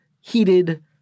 heated